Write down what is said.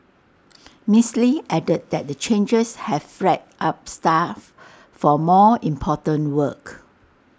miss lee added that the changes have freed up staff for more important work